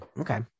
Okay